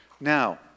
Now